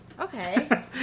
Okay